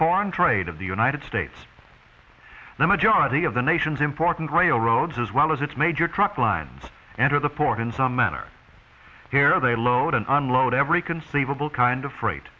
foreign trade of the united states the majority of the nation's important railroads as well as its major truck lines and of the port in some manner here they load and unload every conceivable kind of fr